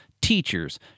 teachers